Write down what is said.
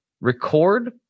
Record